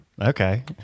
okay